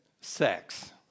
sex